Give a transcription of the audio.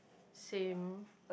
same